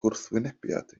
gwrthwynebiad